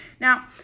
Now